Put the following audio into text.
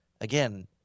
again